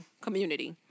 community